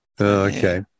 okay